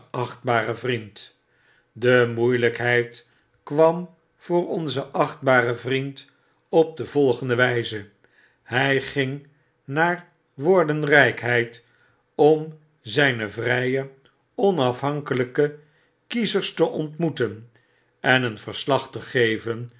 achtbaren vriend de moeilykheid kwam voor onzen achtbaren vriend op de volgende wtfze hy ging naar woordenrjjkheid om zyn vrye onafhankeiyke kiezers te ontmoeten en een verslag te geven